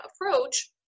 approach